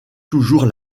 toujours